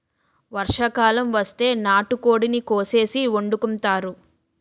వర్షాకాలం వస్తే నాటుకోడిని కోసేసి వండుకుంతారు